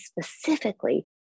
specifically